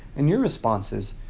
in your responses,